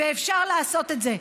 ואפשר לעשות את זה.